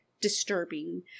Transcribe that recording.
disturbing